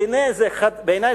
בעיני זו חציית